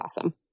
awesome